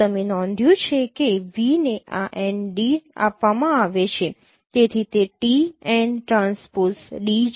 તો તમે નોંધ્યું છે કે v ને આ n d આપવામાં આવે છે તેથી તે t n ટ્રાન્સપોઝ d છે